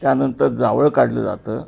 त्यानंतर जावळ काढलं जातं